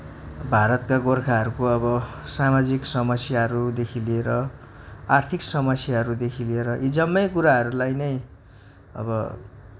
भारतका गोर्खाहरूको अब सामाजिक समस्याहरूदेखि लिएर आर्थिक समस्याहरूदेखि लिएर यी जम्मै कुराहरूलाई नै अब